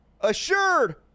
assured